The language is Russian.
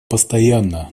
постоянно